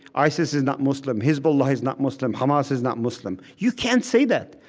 isis is not muslim. hezbollah is not muslim. hamas is not muslim. you can't say that.